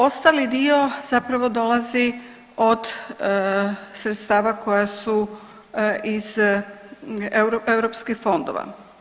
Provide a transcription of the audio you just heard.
Ostali dio zapravo dolazi od sredstava koja su iz europskih fondova.